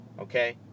okay